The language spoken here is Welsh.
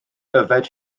yfed